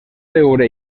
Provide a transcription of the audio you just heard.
veure